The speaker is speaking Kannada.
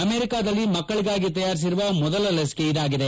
ಅಮೆರಿಕದಲ್ಲಿ ಮಕ್ಕಳಿಗಾಗಿ ತಯಾರಿಸಿರುವ ಮೊದಲ ಲಸಿಕೆ ಇದಾಗಿದೆ